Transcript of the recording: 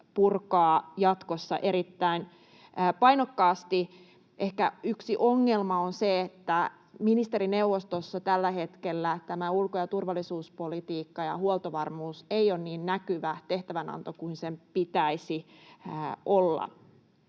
purkaa jatkossa erittäin painokkaasti. Ehkä yksi ongelma on se, että ministerineuvostossa tällä hetkellä tämä ulko- ja turvallisuuspolitiikka ja huoltovarmuus ei ole niin näkyvä tehtävänanto kuin sen pitäisi olla.